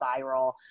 viral